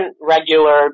regular